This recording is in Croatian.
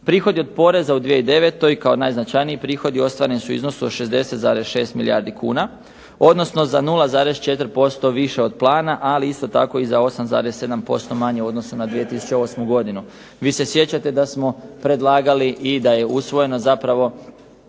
Prihodi od poreza u 2009. kao najznačajniji prihodi ostvareni su u iznosu od 60,6 milijardi kuna, odnosno za 0,4% više od plana, ali isto tako i za 8,7% manje u odnosu na 2008. godinu. Vi se sjećate da smo predlagali i da je usvojeno zapravo